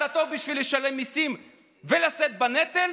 אתה טוב בשביל לשלם מיסים ולשאת בנטל,